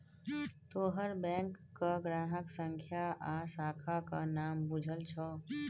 तोहर बैंकक ग्राहक संख्या आ शाखाक नाम बुझल छौ